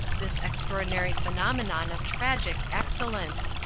this extraordinary phenomenon of tragic excellence!